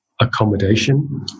accommodation